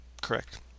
Correct